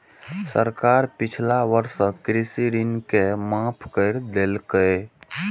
सरकार पिछला वर्षक कृषि ऋण के माफ कैर देलकैए